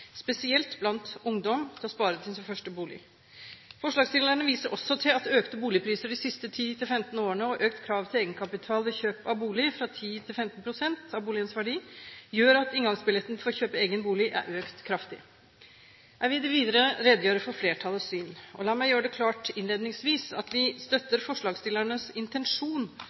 spesielt blant ungdom for at de skal spare til sin første bolig. Forslagsstillerne viser også til at økte boligpriser de siste 10–15 årene og økt krav til egenkapital ved kjøp av bolig fra 10 pst. til 15 pst. av boligens verdi gjør at inngangsbilletten for å kjøpe egen bolig er økt kraftig. Jeg vil i det videre redegjøre for flertallets syn. La meg gjøre det klart innledningsvis at vi støtter forslagsstillernes intensjon